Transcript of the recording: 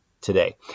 today